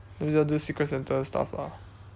then you just do secret santa stuff lah